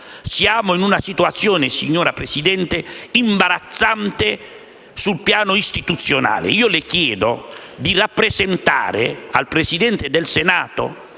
Siamo in una situazione, signora Presidente, imbarazzante sul piano istituzionale. Le chiedo di rappresentare al Presidente del Senato